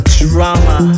drama